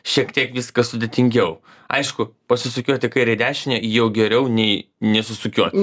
šiek tiek viskas sudėtingiau aišku pasisukioti į kairę į dešinę jau geriau nei nesisukioti